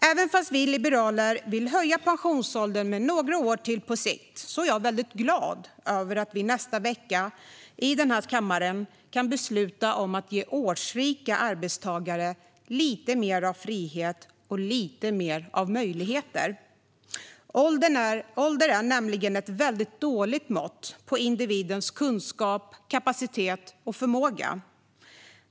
Trots att vi liberaler på sikt vill höja pensionsåldern med några år till är jag väldigt glad över att vi i denna kammare nästa vecka kan besluta om att ge årsrika arbetstagare lite mer frihet och lite mer möjligheter. Ålder är nämligen ett dåligt mått på individens kunskap, kapacitet och förmåga.